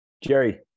Jerry